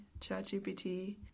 ChatGPT